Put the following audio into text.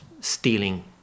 stealing